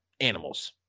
animals